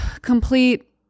complete